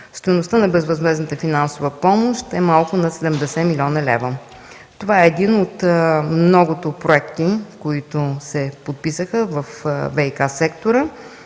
Стойността на безвъзмездната финансова помощ е малко над 70 млн. лв. Това е един от многото проекти, които се подписаха във ВиК сектора